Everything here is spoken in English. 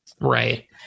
Right